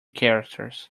characters